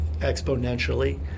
exponentially